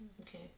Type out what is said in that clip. Okay